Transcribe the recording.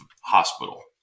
hospital